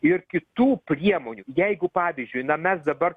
ir kitų priemonių jeigu pavyzdžiui na mes dabar